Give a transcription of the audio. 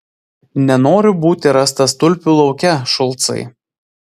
nenoriu būti rastas tulpių lauke šulcai